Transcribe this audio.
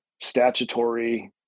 statutory